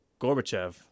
Gorbachev